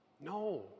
No